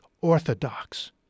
orthodox